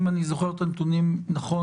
אם אני זוכר את הנתונים נכון,